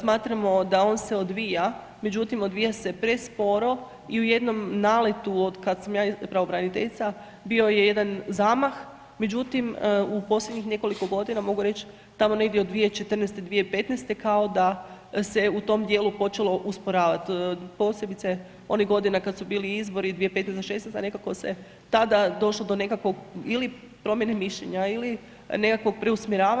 smatramo da on se odvija, međutim odvija se presporo i u jednom naletu otkada sam ja pravobraniteljica bio je jedan zamah, međutim, u posljednjih nekoliko godina mogu reći tamo negdje od 2014., 2015. kao da se u tom dijelu počelo usporavati posebice onih godina kada su bili izbori 2015., 2016. nekako se tada došlo do nekakvog ili promjene mišljenja ili nekakvog preusmjeravanja.